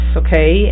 okay